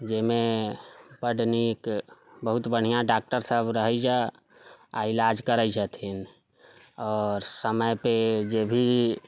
जेहिमे बड्ड नीक बहुत बढ़िऑं डॉक्टर सभ रहैया आ इलाज करै छथिन आओर समयपे जेभी